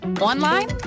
online